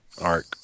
arc